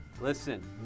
listen